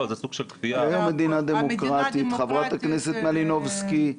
חברת הכנסת מלינובסקי,